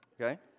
okay